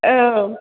औ